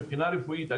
מבחינה רפואית,